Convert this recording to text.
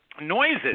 noises